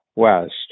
west